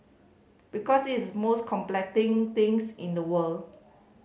because it's most thing things in the world